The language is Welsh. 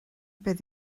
beth